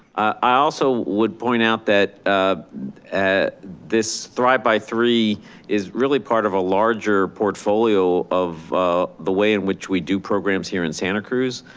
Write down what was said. i also would point out that ah this thrive by three is really part of a larger portfolio of the way in which we do programs here in santa cruz.